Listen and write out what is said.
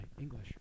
English